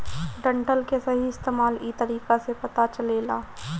डंठल के सही इस्तेमाल इ तरीका से पता चलेला